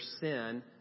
sin